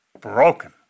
broken